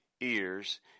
ears